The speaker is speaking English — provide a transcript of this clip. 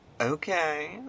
Okay